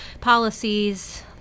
policies